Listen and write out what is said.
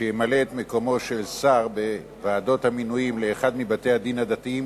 שימלא את מקומו של שר בוועדות המינויים לאחד מבתי-הדין הדתיים,